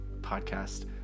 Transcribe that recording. podcast